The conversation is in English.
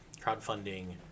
crowdfunding